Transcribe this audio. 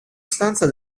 stanza